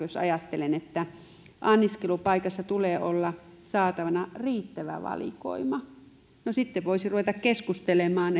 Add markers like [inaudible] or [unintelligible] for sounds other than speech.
[unintelligible] jos ajattelen tätä nykyistä lakipykälää että anniskelupaikassa tulee olla saatavana riittävä valikoima sitten voisi ruveta keskustelemaan [unintelligible]